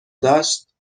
داشت